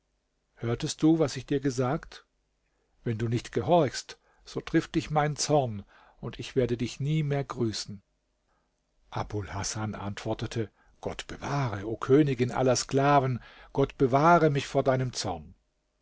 hörtest du was ich dir gesagt wenn du nicht gehorchst so trifft dich mein zorn und ich werde dich nie mehr grüßen abul hasan antwortete gott bewahre o königin aller sklaven gott bewahre mich vor deinem zorn